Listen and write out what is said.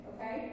Okay